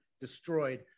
destroyed